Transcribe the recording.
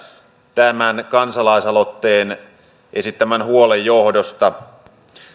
tämän kansalaisaloitteen esittämän huolen johdosta